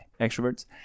Extroverts